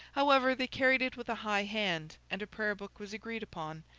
however, they carried it with a high hand, and a prayer-book was agreed upon,